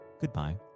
goodbye